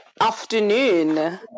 afternoon